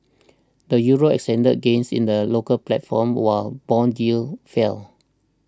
the Euro extended gains in the local platform while bond yields fell